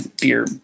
beer